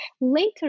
later